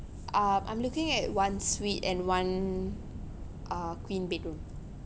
uh I'm looking at one suite and one uh queen bed room